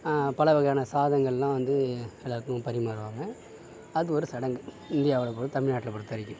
பலவகையான சாதங்கள்லாம் வந்து எல்லாருக்கும் பரிமாறுவாங்க அது ஒரு சடங்கு இந்தியாவில் தமிழ்நாட்டில் பொறுத்தவரைக்கும்